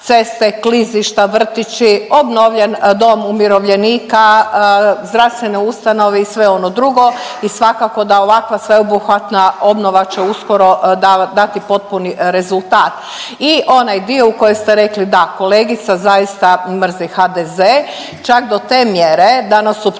ceste, klizišta, vrtići, obnovljen dom umirovljenika, zdravstvene ustanove i sve ono drugo i svakako da ovakva sveobuhvatna obnova će uskoro dati potpuni rezultat. I onaj dio u koje ste rekli da kolegica zaista mrzi HDZ čak do te mjere da nas optužuje